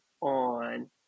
on